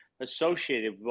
associated